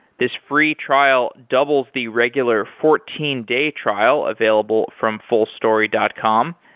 this free trial doubles the regular fourteen day trial available from fullstory dot com.